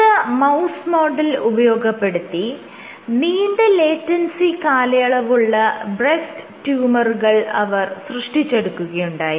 പ്രസ്തുത mouse model ഉപയോഗപ്പെടുത്തി നീണ്ട ലേറ്റൻസി കാലയളവുള്ള ബ്രെസ്റ്റ് ട്യൂമറുകൾ അവർ സൃഷ്ടിച്ചെടുക്കുകയുണ്ടായി